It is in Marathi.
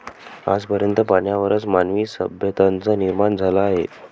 आज पर्यंत पाण्यावरच मानवी सभ्यतांचा निर्माण झाला आहे